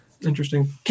Interesting